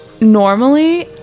normally